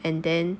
and then